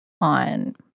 on